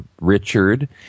Richard